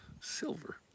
silver